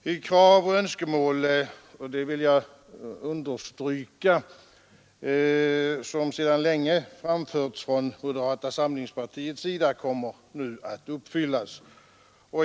De krav och önskemål — det vill jag understryka — som sedan länge framförts från moderata samlingspartiets sida kommer nu att uppfyllas.